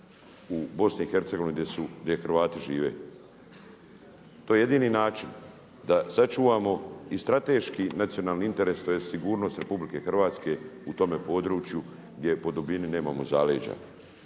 gdje Hrvati žive. To je jedini način da sačuvamo i strateški nacionalni interes tj. sigurnost Republike Hrvatske u tome području gdje po dubini nemamo zaleđa.